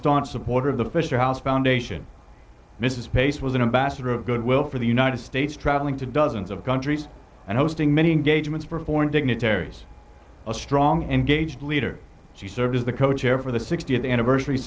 staunch supporter of the fisher house foundation mrs pace was an ambassador of goodwill for the united states traveling to dozens of countries and hosting many engagements for foreign dignitaries a strong engaged leader she served as the co chair for the sixtieth anniversary